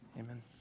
Amen